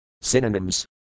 Synonyms